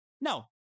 No